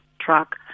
truck